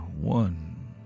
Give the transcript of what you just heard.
one